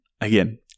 again